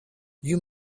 you